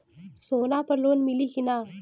सोना पर लोन मिली की ना?